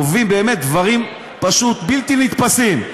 הם עוברים באמת דברים פשוט בלתי נתפסים.